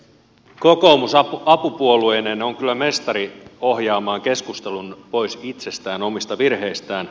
kokoomus apupuolueineen on kyllä mestari ohjaamaan keskustelun pois itsestään omista virheistään